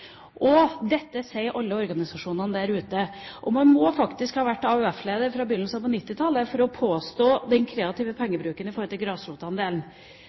Dette sier alle organisasjonene der ute. Man må faktisk ha vært AUF-leder fra begynnelsen av 1990-tallet for å komme med påstanden om den kreative pengebruken i forhold til grasrotandelen.